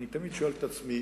אני תמיד שואל את עצמי